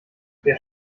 wer